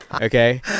Okay